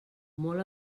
molt